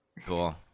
Cool